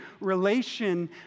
relation